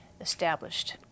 established